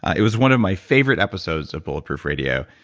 it was one of my favorite episodes of bulletproof radio.